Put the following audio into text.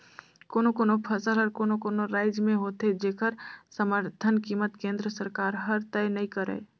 कोनो कोनो फसल हर कोनो कोनो रायज में होथे जेखर समरथन कीमत केंद्र सरकार हर तय नइ करय